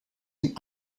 een